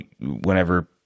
whenever